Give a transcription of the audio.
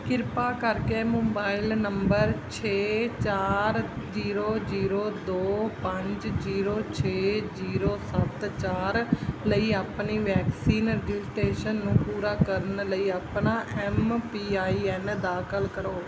ਕਿਰਪਾ ਕਰਕੇ mobile number ਛੇ ਚਾਰ ਜ਼ੀਰੋ ਜ਼ੀਰੋ ਦੋ ਪੰਜ ਜ਼ੀਰੋ ਛੇ ਜ਼ੀਰੋ ਸੱਤ ਚਾਰ ਲਈ ਆਪਣੀ ਵੈਕਸੀਨ ਰਜਿਸਟ੍ਰੇਸ਼ਨ ਨੂੰ ਪੂਰਾ ਕਰਨ ਲਈ ਆਪਣਾ ਐਮ ਪੀ ਆਈ ਐਨ ਦਾਖਲ ਕਰੋ